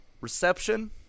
reception